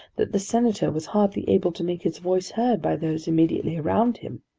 that the senator was hardly able to make his voice heard by those immediately around him.